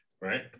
right